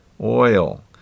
Oil